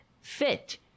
fit